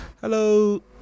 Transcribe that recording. Hello